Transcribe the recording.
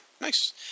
Nice